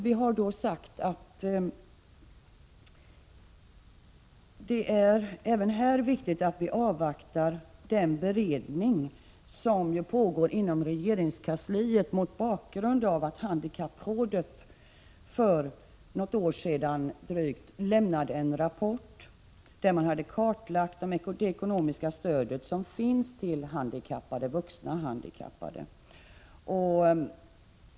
Vi har då sagt att det även här är viktigt att vi avvaktar den beredning som pågår inom regeringskansliet, mot bakgrund av att handikapprådet för drygt ett år sedan lämnade en rapport där man hade kartlagt det ekonomiska stöd som finns till vuxna handikappade.